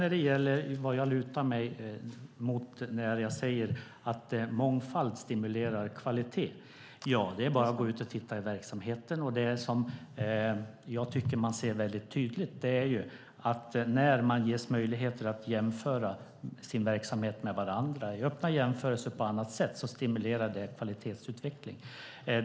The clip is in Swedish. När det gäller vad jag lutar mig mot när jag säger att mångfald stimulerar kvalitet kan jag säga att det bara är att gå ut och titta i verksamheten. Jag tycker att det är väldigt tydligt att när man ges möjlighet att jämföra sin verksamhet med varandra stimuleras kvalitetsutvecklingen.